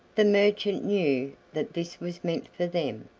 the merchant knew that this was meant for them,